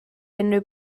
unrhyw